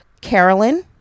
Carolyn